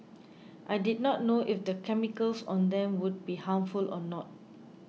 I did not know if the chemicals on them would be harmful or not